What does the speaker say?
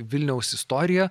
vilniaus istorija